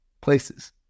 places